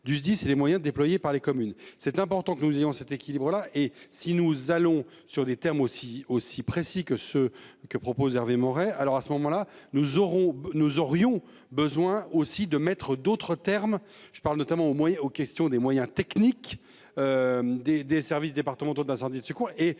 du SDIS et les moyens déployés par les communes. C'est important que nous ayons cet équilibre-là et. Si nous allons sur des termes aussi aussi précis que ce que propose Hervé Maurey, alors à ce moment-là, nous aurons nous aurions besoin aussi de mettre d'autres termes, je parle notamment au moyen aux questions des moyens techniques. Des des services départementaux d'incendie et de secours